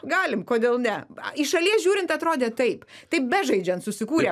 galim kodėl ne iš šalies žiūrint atrodė taip taip bežaidžiant susikūrė